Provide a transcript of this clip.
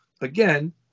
again